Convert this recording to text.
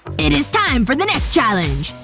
it is time for the next challenge!